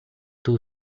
two